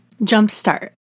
jumpstart